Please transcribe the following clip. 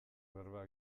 berba